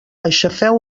aixafeu